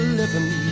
living